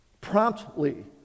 promptly